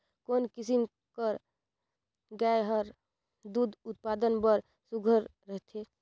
कोन किसम कर गाय हर दूध उत्पादन बर सुघ्घर रथे?